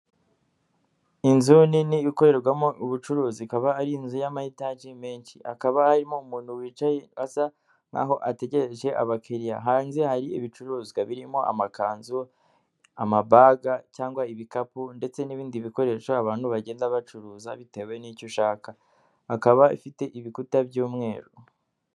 Inzu nini ikorerwamo ubucuruzi, ikaba ari inzu y'amayetage menshi, hakaba harimo umuntu wicaye asa naho ategereje abakiriya, hanze hari ibicuruzwa birimo amakanzu, amabaga cyangwa ibikapu ndetse n'ibindi bikoresho abantu bagenda bacuruza bitewe n'icyo ushaka, ikaba ifite ibikuta by'umweru.